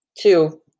Two